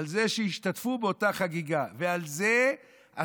על זה שהשתתפו באותה חגיגה.